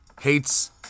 Hates